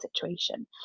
situation